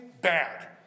bad